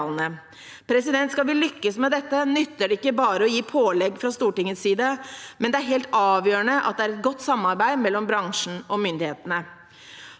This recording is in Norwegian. materialene. Skal vi lykkes med dette, nytter det ikke bare å gi pålegg fra Stortingets side – det er helt avgjørende at det er et godt samarbeid mellom bransjen og myndighetene.